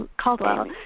Caldwell